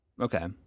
Okay